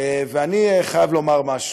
אני חייב לומר משהו.